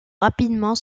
rapidement